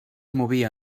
movia